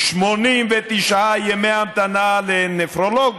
89 ימי המתנה לנפרולוג,